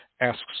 asks